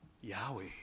Yahweh